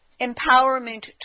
empowerment